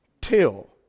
till